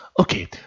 Okay